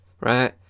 right